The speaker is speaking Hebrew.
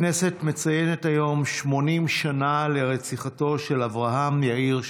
הכנסת מציינת היום 80 שנה לרציחתו של אברהם יאיר שטרן,